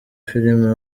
filime